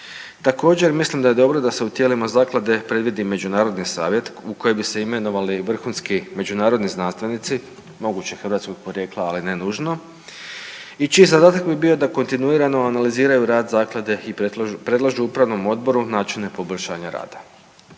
Također mislim da je dobro da se u tijelima zaklade predvidi međunarodni savjet u koji bi se imenovali vrhunski međunarodni znanstvenici, moguće hrvatskog porijekla, ali ne nužno i čiji zadatak bi bio da kontinuirano analiziraju rad zaklade i predlažu upravnom odboru načine poboljšanja rada.